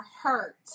hurt